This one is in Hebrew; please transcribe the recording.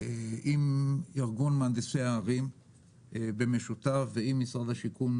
עם ארגון מהנדסי הערים במשותף וגם עם משרד השיכון,